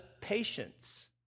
patience